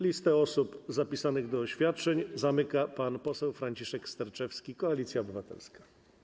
Listę osób zapisanych do oświadczeń zamyka pan poseł Franciszek Sterczewski, Koalicja Obywatelska.